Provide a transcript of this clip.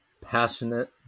Passionate